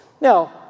Now